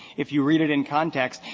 if you read it in context,